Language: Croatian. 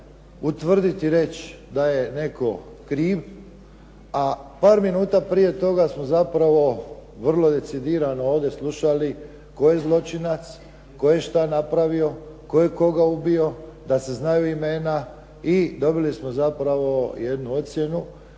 utvrditi i reći da je netko kriv, a par minuta prije toga smo zapravo vrlo decidirano ovdje slušali tko je zločinac, tko je šta napravio, tko je koga ubio, da se znaju imena i dobili smo zapravo jednu ocjenu